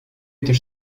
też